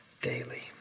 daily